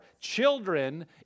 children